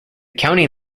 county